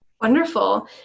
Wonderful